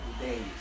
days